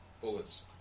Bullets